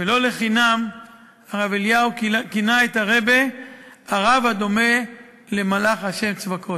ולא לחינם הרב אליהו כינה את הרעבע "הרב הדומה למלאך ה' צבקות"